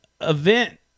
event